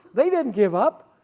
they didn't give up,